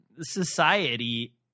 society